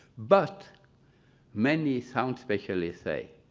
but many sound specialists say,